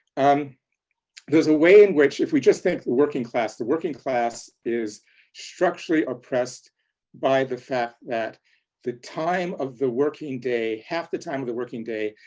um there's a way in which, if we just think the working class, the working class is structurally oppressed by the fact that the time of the working day, half the time of the working day,